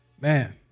Man